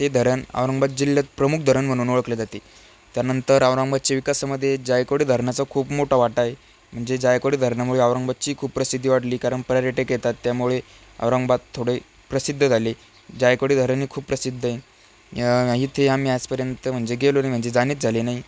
ते धरण औरंगबाद जिल्ह्यात प्रमुख धरण म्हणून ओळखले जाते त्यानंतर औरंगबादच्या विकासामधे जायकवाडी धरणाचा खूप मोठा वाटा आहे म्हणजे जायकवाडी धरणामुळे औरंगबादची खूप प्रसिद्धी वाढली कारण पर्यटक येतात त्यामुळे औरंगबाद थोडे प्रसिद्ध झाले जायकवाडी धरणही खूप प्रसिद्ध आहे इथे आम्ही आजपर्यंत म्हणजे गेलो नाही म्हणजे जाणेच झाले नाही